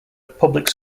public